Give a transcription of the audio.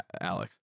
Alex